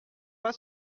pas